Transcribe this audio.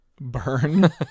Burn